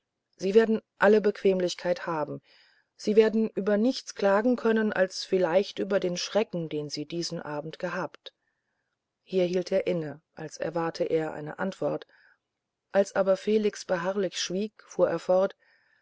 sie werden alle bequemlichkeit haben sie werden über nichts klagen können als vielleicht über den schrecken den sie diesen abend gehabt hier hielt er inne als erwartete er eine antwort als aber felix beharrlich schwieg fuhr er fort